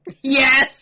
Yes